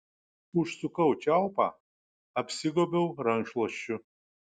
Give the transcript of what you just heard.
užsukau čiaupą apsigobiau rankšluosčiu